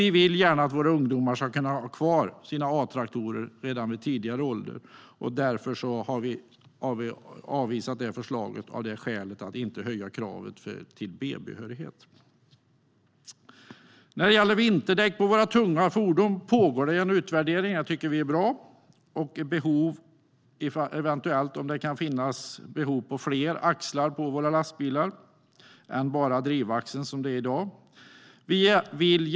Vi vill gärna att våra ungdomar ska kunna ha kvar sina A-traktorer redan vid tidigare ålder, och därför har vi avvisat förslaget för att inte behöva höja kravet till B-behörighet. När det gäller vinterdäck på tunga fordon pågår det en utvärdering av om det kan finnas behov av vinterdäck på fler axlar på våra lastbilar än bara på drivaxlarna som det är i dag, och det tycker vi är bra.